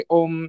om